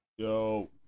Yo